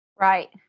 Right